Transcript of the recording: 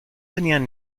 tenían